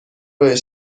کلید